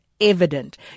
evident